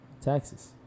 Taxes